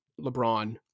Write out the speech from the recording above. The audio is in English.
LeBron